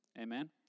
Amen